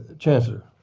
chancellor.